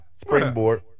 Springboard